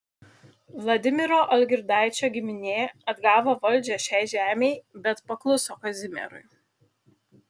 vladimiro algirdaičio giminė atgavo valdžią šiai žemei bet pakluso kazimierui